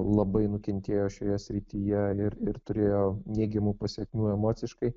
labai nukentėjo šioje srityje ir ir turėjo neigiamų pasekmių emociškai